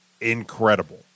incredible